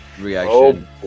Reaction